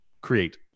create